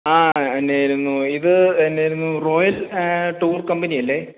ആ എന്നായിരുന്നു ഇത് എന്നായിരുന്നു റോയൽ ടൂർ കമ്പനിയല്ലേ